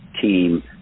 team